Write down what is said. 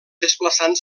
desplaçant